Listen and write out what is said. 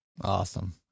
Awesome